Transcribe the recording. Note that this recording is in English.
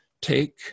take